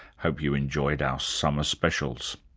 hope you enjoyed our summer specials.